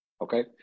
Okay